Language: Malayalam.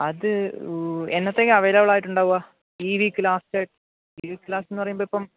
അത് എന്നത്തേക്കാണ് അവൈലബിൾ ആയിട്ട് ഉണ്ടാവുക ഈ വീക്ക് ലാസ്റ്റ് ആയി ഈ വീക്ക് ലാസ്റ്റെന്ന് പറയുമ്പം എപ്പം